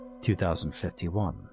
2051